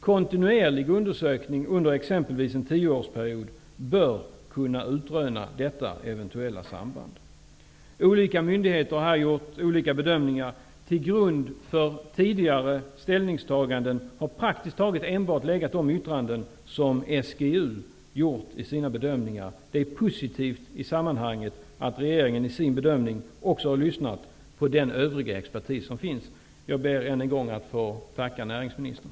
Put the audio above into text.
Kontinuerlig undersökning under exempelvis en tioårsperiod bör kunna utröna detta eventuella samband. Olika myndigheter har gjort olika bedömningar. Till grund för tidigare ställningstaganden har praktiskt taget enbart legat de yttranden som SGU gjort i sina bedömningar. Det är positivt i sammanhanget att regeringen i sin bedömning också har lyssnat till den övriga expertis som finns på området. Jag ber än en gång att få tacka näringsministern.